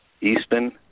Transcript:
Easton